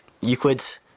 Euclid's